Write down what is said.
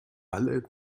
alle